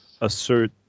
assert